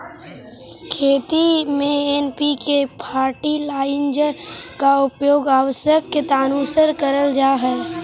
खेती में NPK fertilizer का उपयोग आवश्यकतानुसार करल जा हई